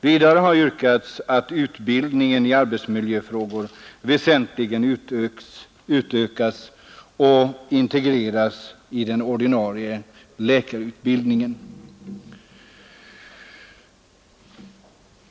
Vidare har yrkats att utbildningen i arbetsmiljöfrågor väsentligen utökas och integreras i den ordinarie läkarutbildningen.